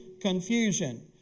confusion